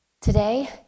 Today